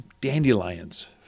dandelions